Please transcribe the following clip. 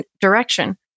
direction